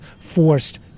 forced